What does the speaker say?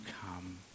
come